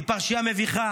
היא פרשייה מביכה.